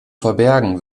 verbergen